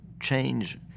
change